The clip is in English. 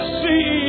see